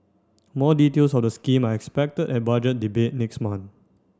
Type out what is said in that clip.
more details of the scheme are expected at Budget Debate next month